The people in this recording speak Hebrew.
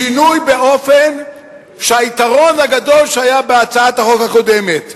שינוי באופן שהיתרון הגדול שהיה בהצעת החוק הקודמת,